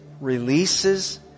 releases